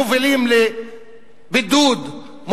מובילים לבידוד,